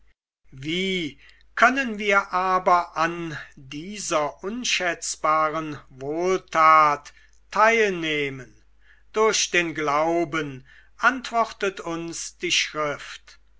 wie können wir aber an dieser unschätzbaren wohltat teilnehmen durch den glauben antwortet uns die schrift